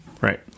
right